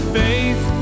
faith